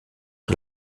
que